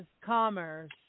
Commerce